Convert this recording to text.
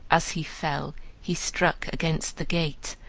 as he fell he struck against the gate,